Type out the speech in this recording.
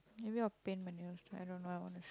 I'll paint my nails I don't know I want to sleep